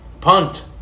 punt